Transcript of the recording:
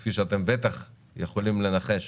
כפי שאתם בטח יכולים לנחש,